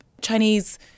Chinese